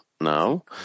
Now